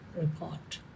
report